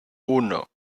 uno